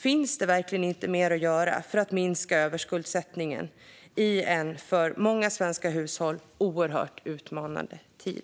Finns det verkligen inte mer att göra för att minska överskuldsättningen i en för många svenska hushåll oerhört utmanande tid?